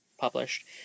published